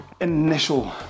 initial